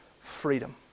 freedom